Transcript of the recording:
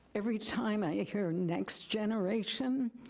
every time i hear next generation,